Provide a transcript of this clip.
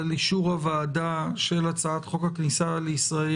אישור הוועדה של הצעת חוק הכניסה לישראל